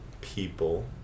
people